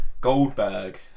Goldberg